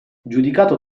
giudicato